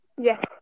Yes